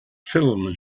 film